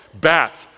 bat